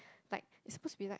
like it's supposed to be like